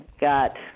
got